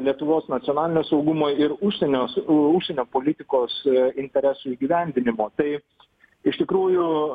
lietuvos nacionalinio saugumo ir užsienio su užsienio politikos interesų įgyvendinimo taip iš tikrųjų